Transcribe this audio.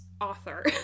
author